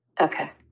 Okay